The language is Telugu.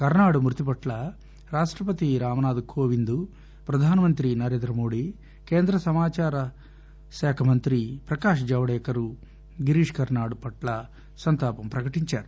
కర్పాడ్ మృతిపట్ల రాష్టపతి రామ్నాథ్ కోవిద్ ప్రధానమంత్రి నరేంద్ర మోదీ కేంద్ర సమాచారశాఖా మంత్రి ప్రకాష్ జవదేకర్ గిరీష్ కర్పాడ్ పట్ల సంతాపం ప్రకటించారు